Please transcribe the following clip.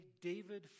David